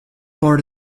board